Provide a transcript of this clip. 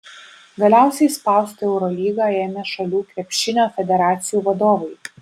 galiausiai spausti eurolygą ėmė šalių krepšinio federacijų vadovai